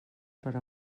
per